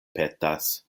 petas